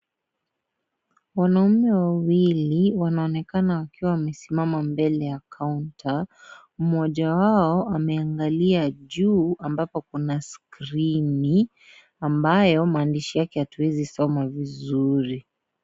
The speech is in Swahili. Wanaume wawili wanaonekana wakiwa wamesimama mbele ya kaunta, mmoja wao ameangalia juu, ambapo kuna Skrini ambayo maandishi yake hatuwezi soma vizuri.